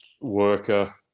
worker